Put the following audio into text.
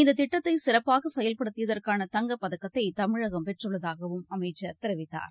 இந்ததிட்டத்தைசிறப்பாகசெயல்படுத்தியதற்கான தங்கப்பதக்கத்தைதமிழகம் பெற்றுள்ளதாகவும் அமைச்சர் தெரிவித்தார்